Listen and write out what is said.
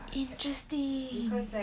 interesting